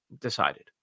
decided